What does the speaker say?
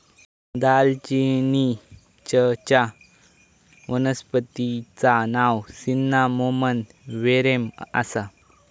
दालचिनीचच्या वनस्पतिचा नाव सिन्नामोमम वेरेम आसा